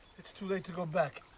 it's too late to go back.